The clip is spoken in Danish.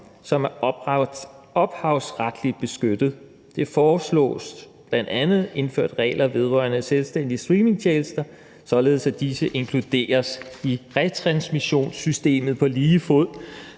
som er ophavsretligt beskyttet. Der foreslås bl.a. indført regler vedrørende selvstændige streamingtjenester, således at disse inkluderes i retransmissionssystemet på lige fod